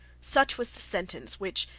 such was the sentence which,